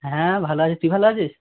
হ্যাঁ ভালো আছি তুই ভালো আছিস